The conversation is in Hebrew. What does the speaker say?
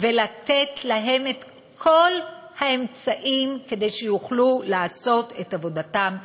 ולתת להם את כל האמצעים כדי שיוכלו לעשות את עבודתם נאמנה.